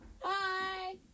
Hi